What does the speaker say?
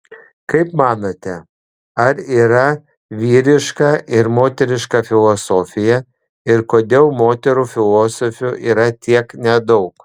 kaip manote ar yra vyriška ir moteriška filosofija ir kodėl moterų filosofių yra tiek nedaug